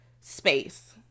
space